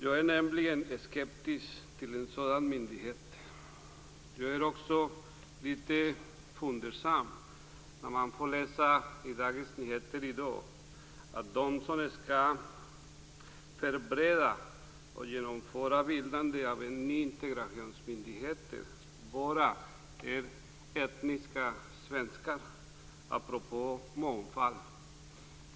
Jag är nämligen skeptisk till en sådan myndighet. Jag blir också litet fundersam när jag läser i Dagens Nyheter i dag att de som skall förbereda och genomföra bildandet av en ny integrationsmyndighet bara är etniska svenskar - detta apropå mångfald.